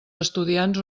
estudiants